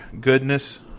goodness